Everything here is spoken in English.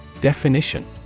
Definition